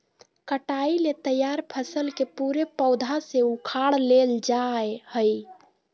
कटाई ले तैयार फसल के पूरे पौधा से उखाड़ लेल जाय हइ